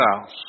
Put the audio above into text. house